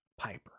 piper